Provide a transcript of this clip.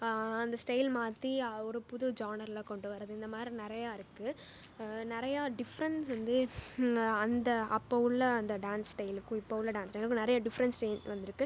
அந்த ஸ்டைல் மாற்றி ஒரு புது ஜானரில் கொண்டு வரது இந்தமாதிரி நிறைய இருக்குது நிறைய டிஃப்ரண்ட்ஸ் வந்து அந்த அப்போ உள்ள அந்த டான்ஸ் ஸ்டைல்க்கும் இப்போ உள்ள டான்ஸ் ஸ்டைல்க்கும் நிறைய டிஃப்ரண்ட் சேன்ஜ் வந்துருக்குது